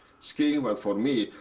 skiing but for me,